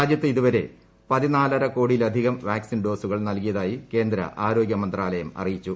രാജ്യത്ത് ഇതുവരെ പതിനാലരക്കോടിയിലധികം വാക്സിൻ ഡോസുകൾ നൽകിയതായി കേന്ദ്ര ആരോഗ്യ മന്ത്രാലയം അറിയിച്ചു